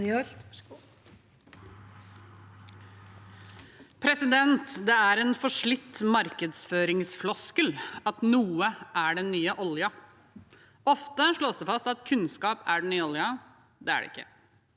leder): Det er en forslitt markedsføringsfloskel at noe er den nye oljen. Ofte slås det fast at kunnskap er den nye oljen. Det er det ikke.